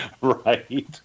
right